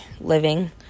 living